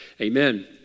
Amen